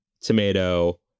tomato